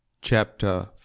Chapter